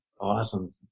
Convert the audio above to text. Awesome